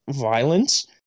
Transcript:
violence